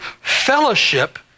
fellowship